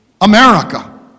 America